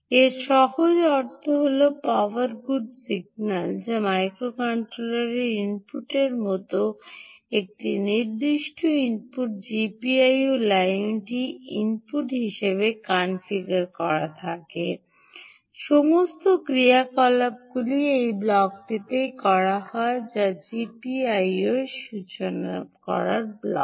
এর সহজ অর্থ হল পাওয়ার গুড সিগন্যাল যা মাইক্রোকন্ট্রোলারের ইনপুটের মতো একটি নির্দিষ্ট ইনপুট জিপিআইও লাইনটি ইনপুট হিসাবে কনফিগার করা থাকে সমস্ত ক্রিয়াকলাপটি এই ব্লকটিতেই করা হয় যা জিপিআইও সূচনাকরণ ব্লক